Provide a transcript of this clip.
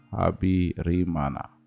habirimana